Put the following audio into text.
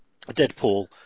Deadpool